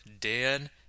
Dan